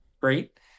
great